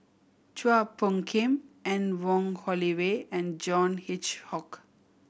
Chua Phung Kim Anne Wong Holloway and John Hitchcock